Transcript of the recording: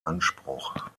anspruch